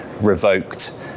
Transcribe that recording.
revoked